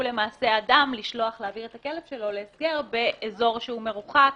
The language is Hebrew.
למעשה אדם להעביר את הכלב שלו להסגר באזור שהוא מרוחק.